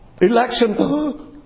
Election